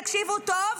תקשיבו טוב,